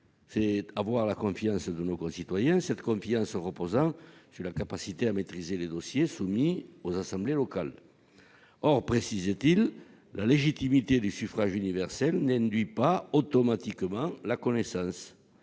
c'est avoir la confiance de ses concitoyens, cette confiance reposant sur la capacité à maîtriser les dossiers soumis aux assemblées locales. Or, la légitimité du suffrage universel n'induit pas automatiquement la connaissance.